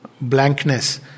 blankness